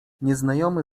nieznajomy